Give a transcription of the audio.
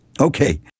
Okay